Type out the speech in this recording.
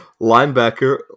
Linebacker